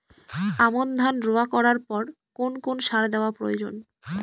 আমন ধান রোয়া করার পর কোন কোন সার দেওয়া প্রয়োজন?